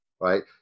right